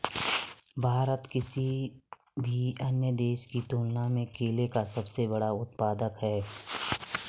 भारत किसी भी अन्य देश की तुलना में केले का सबसे बड़ा उत्पादक है